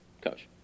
coach